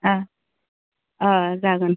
जागोन